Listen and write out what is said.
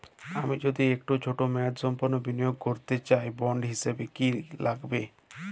আমি যদি একটু ছোট মেয়াদসম্পন্ন বিনিয়োগ করতে চাই বন্ড হিসেবে কী কী লাগবে?